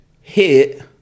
hit